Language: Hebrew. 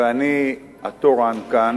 ואני התורן כאן,